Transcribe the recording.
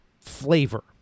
flavor